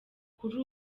kuri